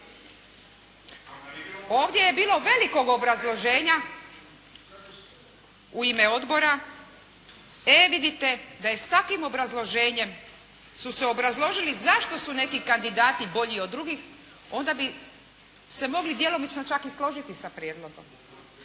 Ovdje je bilo velikog obrazloženja u ime odbora. E vidite, da je s takvim obrazloženjem su se obrazložili zašto su neki kandidati bolji od drugih onda bi se mogli djelomično čak i složiti sa prijedlogom